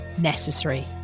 necessary